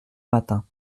matin